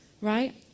Right